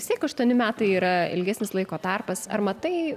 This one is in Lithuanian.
vis tiek aštuoni metai yra ilgesnis laiko tarpas ar matai